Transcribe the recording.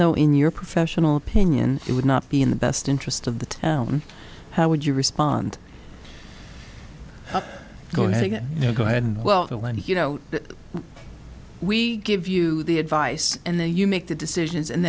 though in your profession pinion it would not be in the best interest of the town how would you respond go ahead and you know go ahead and well you know we give you the advice and then you make the decisions and